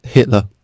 Hitler